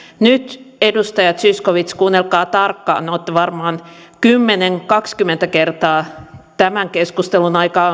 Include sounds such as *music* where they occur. nyt edustaja zyskowicz kuunnelkaa tarkkaan olette varmaan kymmenen kaksikymmentä kertaa tämän keskustelun aikana *unintelligible*